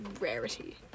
rarity